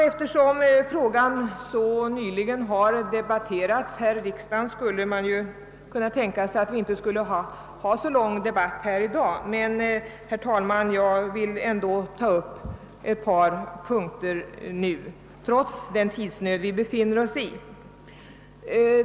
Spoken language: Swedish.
Eftersom frågan nyligen diskuterats här i riksdagen, skulle det kanske inte behövas så lång debatt i dag, men jag vill, herr talman, ta upp ett par punkter trots den tidsnöd vi befinner oss i.